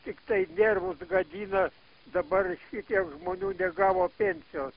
tiktai nervus gadina dabar šitiek žmonių negavo pensijos